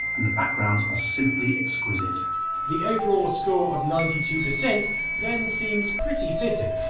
and the backgrounds are simply exquisite the overall score of ninety two percent then seems pretty fitting.